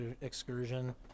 excursion